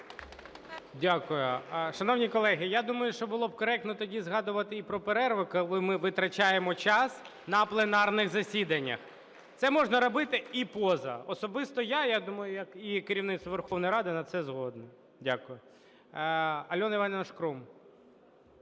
Дякую. Шановні колеги, я думаю, що було б коректно тоді згадувати і про перерви, коли ми витрачаємо час на пленарних засіданнях. Це можна робити і поза, особисто я, я думаю як і керівництво Верховної Ради, на це згодні.